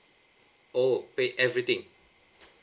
oh pay everything